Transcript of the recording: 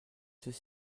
ceux